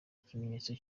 ikimenyetso